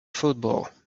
football